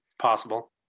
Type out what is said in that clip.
Possible